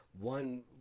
one